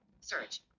Search